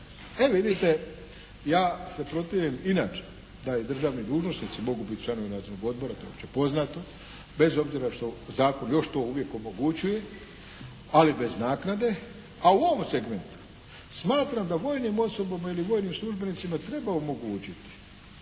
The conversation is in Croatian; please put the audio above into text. E vidite, ja se protivim inače da i državni dužnosnici mogu biti članovi nadzornog odbora, to je opće poznato, bez obzira što zakon još to uvijek omogućuje, ali bez naknade. A u ovom segmentu smatram da vojnim osobama ili vojnim službenicima treba omogućiti